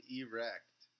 erect